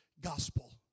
gospel